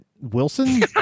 Wilson